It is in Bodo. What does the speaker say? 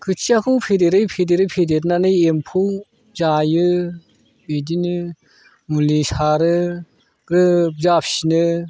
खोथियाखौ फेदेरै फेदेरै फेदेरनानै एम्फौ जायो बिदिनो मुलि सारो ग्रोब जाफिनो